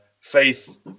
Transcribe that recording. faith